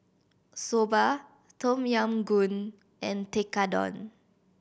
Soba Tom Yam Goong and Tekkadon